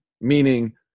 meaning